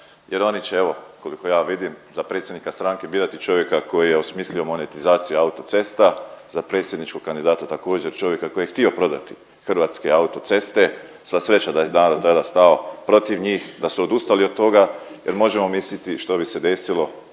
jer oni će evo koliko ja vidim za predsjednika stranke birati čovjeka koji je osmislio monetizaciju autocesta za predsjedničkog kandidata također čovjeka koji je htio prodati Hrvatske autoceste. Sva sreća da je narod tada stao protiv njih, da su odustali od toga jer možemo misliti što bi se desilo